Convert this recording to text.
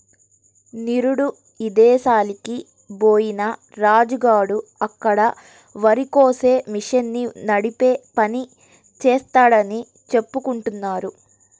నిరుడు ఇదేశాలకి బొయ్యిన రాజు గాడు అక్కడ వరికోసే మిషన్ని నడిపే పని జేత్తన్నాడని చెప్పుకుంటున్నారు